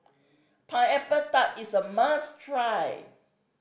Pineapple Tart is a must try